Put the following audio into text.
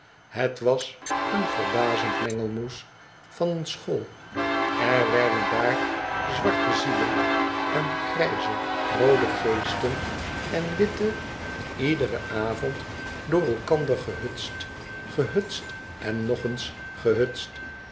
het was een verbazend mengelmoes van een school er werden daar zwarte zielen en grijze roode geesten en witte iederen avond door elkander gehutst gehutst en nog eens gehutst